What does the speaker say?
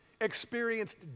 experienced